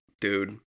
dude